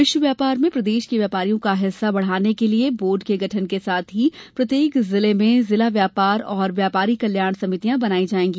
विश्व व्यापार में प्रदेश के व्यापारियों का हिस्सा बढ़ाने के लिये बोर्ड के गठन के साथ ही प्रत्येक जिले में जिला व्यापार एवं व्यापारी कल्याण समितियाँ बनायी जायेगी